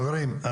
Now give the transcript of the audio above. חברים,